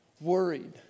worried